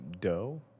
dough